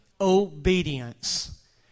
obedience